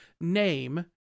name